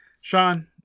Sean